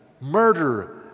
murder